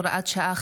הוראת שעה,